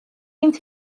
roedd